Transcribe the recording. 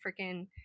freaking